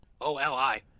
O-L-I